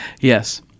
Yes